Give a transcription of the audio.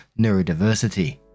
neurodiversity